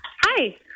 hi